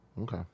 Okay